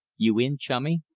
you in, chummy?